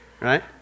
Right